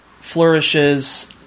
flourishes